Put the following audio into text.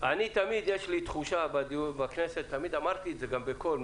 תמיד יש לי תחושה בכנסת ותמיד גם אמרתי את זה בקול,